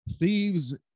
Thieves